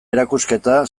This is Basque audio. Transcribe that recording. erakusketa